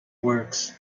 works